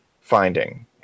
finding